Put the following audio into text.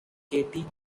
katie